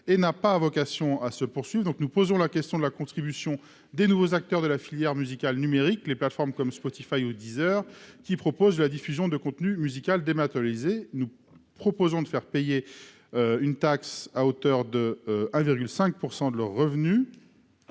et n'a pas vocation à se poursuivent donc, nous posons la question de la contribution des nouveaux acteurs de la filière musicale numérique les plateformes comme Spotify ou 10 heures qui propose la diffusion de contenu musical dématérialisé, nous proposons de faire payer une taxe à hauteur de 1 virgule 5 pour